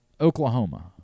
Oklahoma